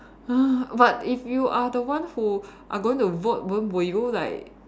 !huh! but if you are the one who are going to vote won't will you like